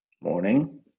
morning